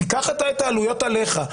תיקח אתה את העלויות עליך,